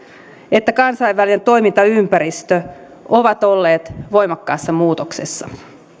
että kansainvälinen toimintaympäristö ovat olleet voimakkaassa muutoksessa